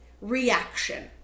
reaction